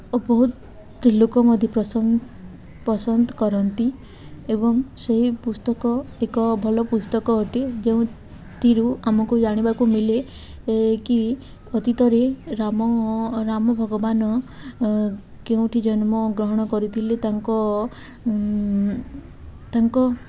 ଓ ବହୁତ ଲୋକ ମଧ୍ୟ ପସନ୍ଦ ପସନ୍ଦ କରନ୍ତି ଏବଂ ସେହି ପୁସ୍ତକ ଏକ ଭଲ ପୁସ୍ତକ ଅଟେ ଯେଉଁଥିରୁ ଆମକୁ ଜାଣିବାକୁ ମିଳେ କି ଅତୀତରେ ରାମ ରାମ ଭଗବାନ କେଉଁଠି ଜନ୍ମ ଗ୍ରହଣ କରିଥିଲେ ତାଙ୍କ ତାଙ୍କ